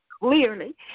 clearly